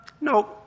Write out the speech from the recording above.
No